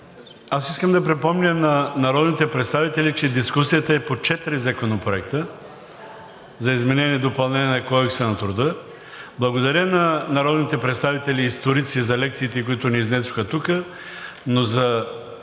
аз искам да припомня на народните представители, че дискусията е по четири законопроекта за изменение и допълнение на Кодекса на труда. Благодаря на народните представители историци за лекциите, които ни изнесоха тук. За